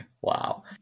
Wow